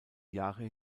jahre